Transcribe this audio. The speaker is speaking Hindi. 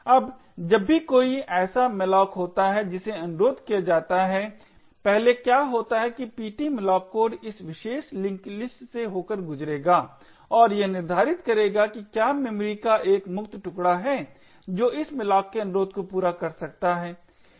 अब जब भी कोई ऐसा malloc होता है जिसे अनुरोध किया जाता है पहले क्या होता है कि ptmalloc कोड इस विशेष लिंक लिस्ट से होकर गुजरेगा और यह निर्धारित करेगा कि क्या मेमोरी का एक मुक्त टुकड़ा है जो इस malloc के अनुरोध को पूरा कर सकता है